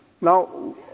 Now